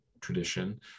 tradition